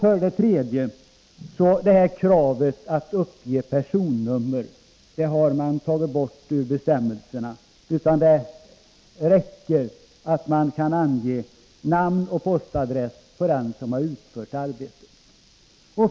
För det tredje har kravet på att uppge personnummer på den som utfört arbetet tagits bort ur bestämmelserna. Det räcker att man anger namn och postadress för den som har gjort arbetet.